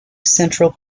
central